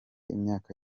imyaka